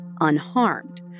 unharmed